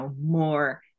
more